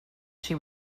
she